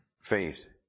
faith